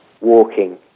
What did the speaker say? walking